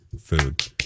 food